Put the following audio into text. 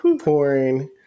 pouring